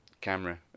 camera